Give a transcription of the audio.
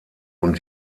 und